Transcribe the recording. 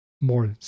more